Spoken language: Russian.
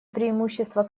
преимущества